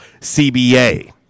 CBA